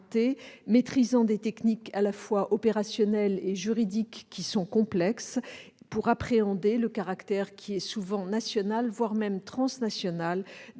maîtrisant des techniques à la fois opérationnelles et juridiques complexes, pour appréhender le caractère souvent national, voire transnational